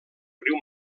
riu